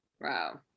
Wow